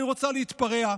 היא רוצה להתפרע.